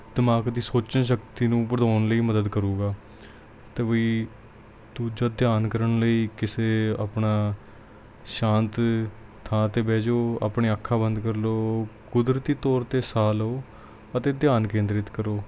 ਦਿਮਾਗ ਦੀ ਸੋਚਣ ਸ਼ਕਤੀ ਨੂੰ ਵਧਾਉਣ ਲਈ ਮਦਦ ਕਰੂਗਾ ਅਤੇ ਬਈ ਦੂਜਾ ਧਿਆਨ ਕਰਨ ਲਈ ਕਿਸੇ ਆਪਣਾ ਸ਼ਾਂਤ ਥਾਂ 'ਤੇ ਬਹਿ ਜਾਓ ਆਪਣੀਆਂ ਅੱਖਾਂ ਬੰਦ ਕਰ ਲਓ ਕੁਦਰਤੀ ਤੌਰ 'ਤੇ ਸਾਹ ਲਓ ਅਤੇ ਧਿਆਨ ਕੇਂਦਰਿਤ ਕਰੋ